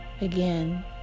again